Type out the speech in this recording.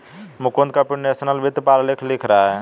Mukund computational वित्त पर आलेख लिख रहा है